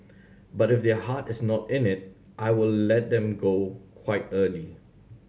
but if their heart is not in it I will let them go quite early